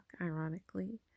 ironically